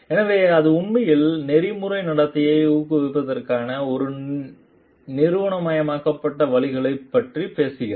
எனவே அது உண்மையில் நெறிமுறை நடத்தையை ஊக்குவிப்பதற்கான ஒரு நிறுவனமயமாக்கப்பட்ட வழிகளைப் பற்றி பேசுகிறது